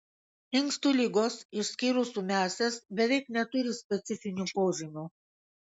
inkstų ligos išskyrus ūmiąsias beveik neturi specifinių požymių